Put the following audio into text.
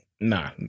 Nah